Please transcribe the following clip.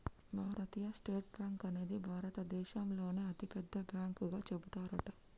భారతీయ state bank అనేది భారత దేశంలోనే అతి పెద్ద బ్యాంకు గా చెబుతారట